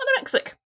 anorexic